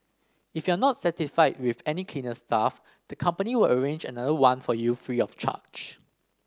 if you are not satisfied with any cleaner staff the company will arrange another one for you free of charge